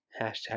Hashtag